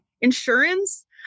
insurance